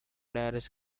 darius